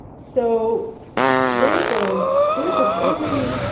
so there's ah there's a really,